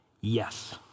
Yes